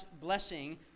blessing